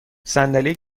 صندلی